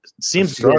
seems